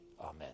Amen